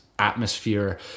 atmosphere